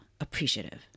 appreciative